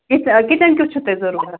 kitchen kitchen کیُتھ چھُو تۄہہِ ضٔروٗرت